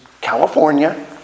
California